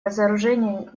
разоружению